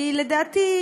לדעתי,